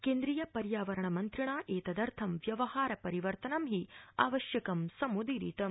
केन्द्रीय पर्यावर मन्त्रिणा एतदर्थं व्यवहार परिवर्तनम् हि आवश्यकं सम्दीरितम्